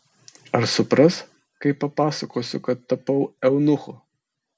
ar supras kai papasakosiu kad tapau eunuchu